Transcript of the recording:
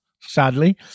sadly